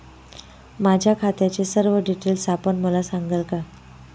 माझ्या खात्याचे सर्व डिटेल्स आपण मला सांगाल का?